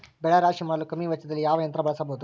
ಬೆಳೆ ರಾಶಿ ಮಾಡಲು ಕಮ್ಮಿ ವೆಚ್ಚದಲ್ಲಿ ಯಾವ ಯಂತ್ರ ಬಳಸಬಹುದು?